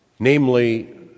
Namely